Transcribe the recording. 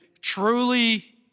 truly